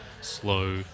slow